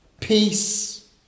peace